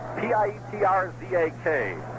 P-I-E-T-R-Z-A-K